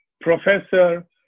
professor